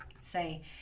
say